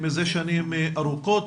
מזה שנים ארוכות.